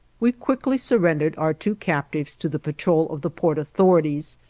we quickly surrendered our two captive's to the patrol of the port authorities,